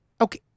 Okay